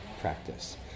practice